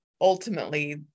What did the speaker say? ultimately